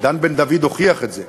דן בן דוד הוכיח את זה.